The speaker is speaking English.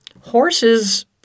horses